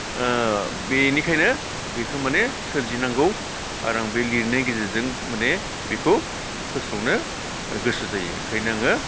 बेनिखायनो बेखौ माने सोरजिनांगौ आरो आं बे लिरनायनि गेजेरजों माने बेखौ फोसावनो गोसो जायो ओंखायनो आङो